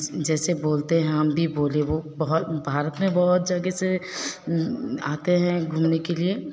जैसे बोलते हैं हम भी बोले वह बहुत भारत में बहुत जगह से आते हैं घूमने के लिए